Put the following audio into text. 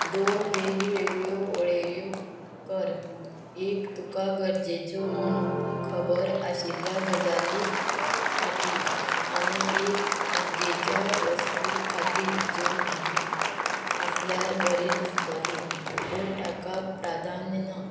दोन वेगवेगळ्यो वळेऱ्यो कर एक तुका गरजेच्यो म्हूण खबर आशिल्ल्या गजाली खातीर आनी एक मौजेच्या वस्तू खातीर ज्यो आसल्यार बरें दिसतल्यो पूण ताका प्राधान्य ना